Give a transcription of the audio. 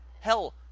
Hell